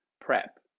PrEP